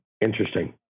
Interesting